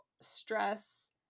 stress